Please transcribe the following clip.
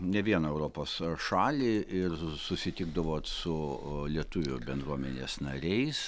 ne vieną europos šalį ir susitikdavot su u lietuvių bendruomenės nariais